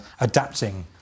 adapting